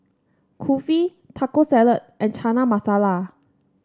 Kulfi Taco Salad and Chana Masala